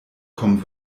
kommen